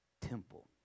temple